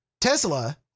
Tesla